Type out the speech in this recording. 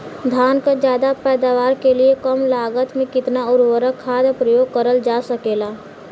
धान क ज्यादा पैदावार के लिए कम लागत में कितना उर्वरक खाद प्रयोग करल जा सकेला?